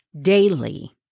daily